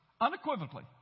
unequivocally